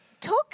talk